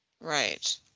right